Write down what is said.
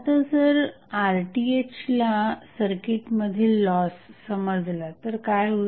आता जर RThला सर्किट मधील लॉस समजला तर काय होते